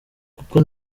kuko